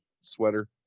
sweater